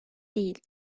değil